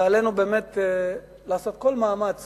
ועלינו לעשות כל מאמץ